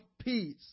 peace